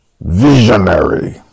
VISIONARY